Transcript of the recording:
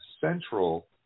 central